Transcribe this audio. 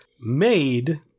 made